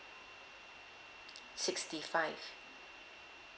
sixty five